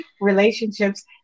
relationships